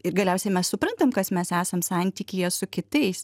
ir galiausiai mes suprantam kas mes esam santykyje su kitais